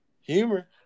humor